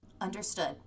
Understood